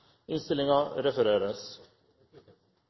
innstillinga